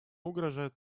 угрожают